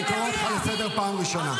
אני קורא אותך לסדר פעם ראשונה.